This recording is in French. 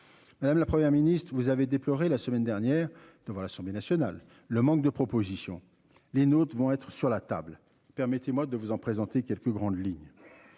Madame, la Première ministre, vous avez déploré la semaine dernière devant l'Assemblée nationale, le manque de propositions, les notes vont être sur la table. Permettez-moi de vous en présenter quelques grandes lignes.